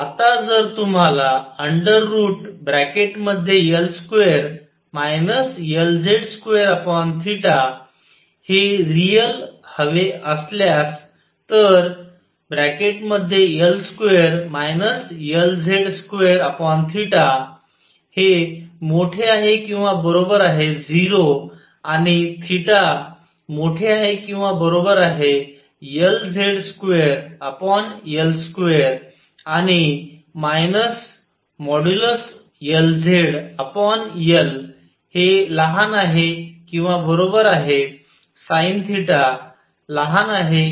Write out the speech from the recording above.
आता जर तुम्हाला L2 Lz2 हे रिअल हवे असल्यास तर L2 Lz2 ≥0 आणि θ≥Lz2L2 आणि LzL≤sinθ≤LzL असे आहे